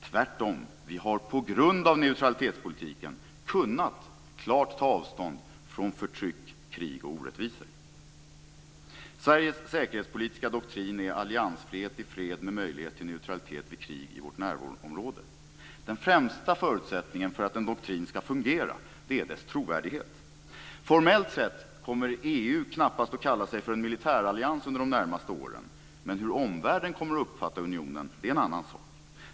Tvärtom, vi har på grund av neutralitetspolitiken kunnat klart ta avstånd från förtryck, krig och orättvisor. Sveriges säkerhetspolitiska doktrin är alliansfrihet i fred, med möjlighet till neutralitet vid krig i vårt närområde. Den främsta förutsättningen för att en doktrin ska fungera är dess trovärdighet. Formellt sett kommer EU knappast att kalla sig för en militärallians under de närmaste åren. Men hur omvärlden kommer att uppfatta unionen är en annan sak.